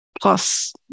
Plus